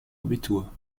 abitur